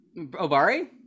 Obari